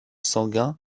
sanguin